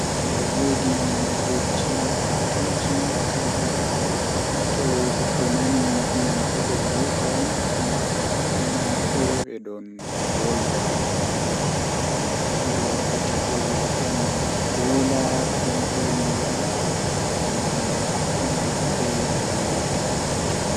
Eh mi tokkan hilnaago himɓe on mi yecca be nda ko fe'ata jango miviyaɓe huunde niinini ɗo wawan fe'a jango eh wawan bo mi tefira ceede be man ngam mi arti mi andi ko fe'ata jango, Hilnan ɓe masin.